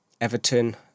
Everton